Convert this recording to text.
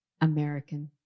American